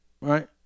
Right